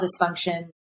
dysfunction